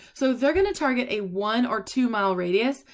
so they're going to target a. one or two mile radius,